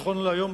נכון להיום,